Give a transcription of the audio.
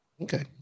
Okay